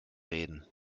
reden